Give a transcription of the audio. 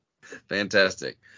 Fantastic